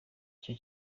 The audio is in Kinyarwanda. icyo